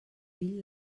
fill